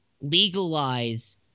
legalize